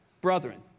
Brethren